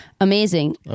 Amazing